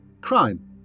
Crime